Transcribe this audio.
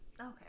Okay